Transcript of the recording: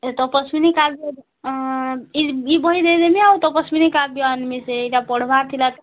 ଏଇ ତପସ୍ୱିନୀ ବହି ଦେଇ ଦେବେ ଆଉ ତପସ୍ୱିନୀ କାବ୍ୟ ଆନମେ ସେ ଏଇଟା ପଢ଼ିବାର ଥିଲା